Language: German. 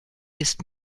ist